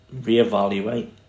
reevaluate